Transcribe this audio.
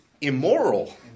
immoral